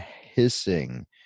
hissing